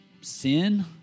Sin